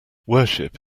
worship